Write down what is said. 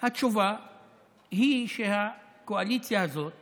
התשובה היא שהקואליציה הזאת